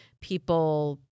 people